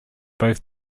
both